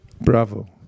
Bravo